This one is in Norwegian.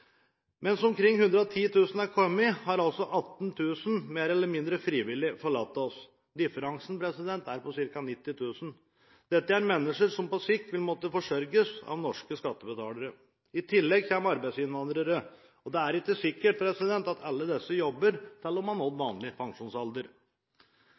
Mens omkring 110 000 er kommet, har altså 18 000 mer eller mindre frivillig forlatt oss. Differansen er på ca. 90 000. Dette er mennesker som på sikt vil måtte forsørges av norske skattebetalere. I tillegg kommer arbeidsinnvandrere, og det er ikke sikkert at alle disse jobber til